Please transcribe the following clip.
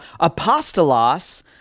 apostolos